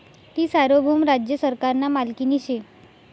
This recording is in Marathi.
ती सार्वभौम राज्य सरकारना मालकीनी शे